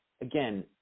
again